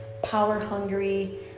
power-hungry